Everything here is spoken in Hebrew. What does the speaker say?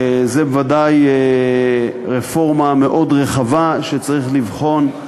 זו בוודאי רפורמה מאוד רחבה שצריך לבחון,